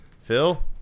Phil